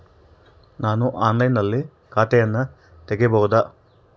ನಾನು ಆನ್ಲೈನಿನಲ್ಲಿ ಖಾತೆಯನ್ನ ತೆಗೆಯಬಹುದಾ?